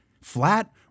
Flat